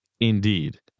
indeed